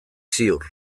ziur